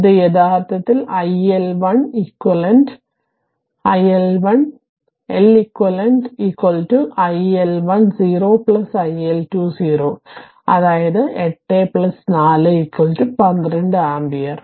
ഇത് യഥാർത്ഥത്തിൽ l L i Leq iL10 iL20 അതായത് 8 4 12 ആമ്പിയർ